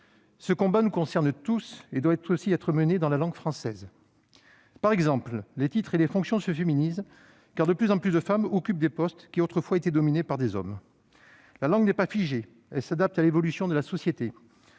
Ce combat nous concerne tous et doit aussi être mené dans la langue française. Par exemple, les titres et les fonctions se féminisent, car de plus en plus de femmes occupent des postes qui étaient autrefois détenus par les hommes. La langue n'est pas figée et s'adapte à l'évolution de la société.